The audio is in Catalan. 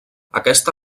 aquesta